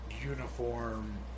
uniform